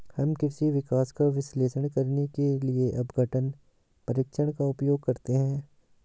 हम कृषि विकास का विश्लेषण करने के लिए अपघटन परीक्षण का उपयोग करते हैं